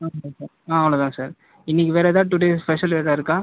ஆ அவ்வளோ தான் ஆ அவ்வளோ தான் சார் இன்னைக்கி வேறு எதாவது டுடே ஸ்பெஷல் எதா இருக்கா